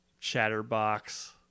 chatterbox